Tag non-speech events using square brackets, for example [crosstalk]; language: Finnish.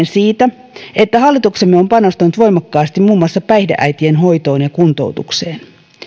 [unintelligible] siitä että hallituksemme on panostanut voimakkaasti muun muassa päihdeäitien hoitoon ja kuntoutukseen